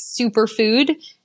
superfood